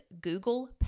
Google